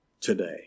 Today